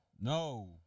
No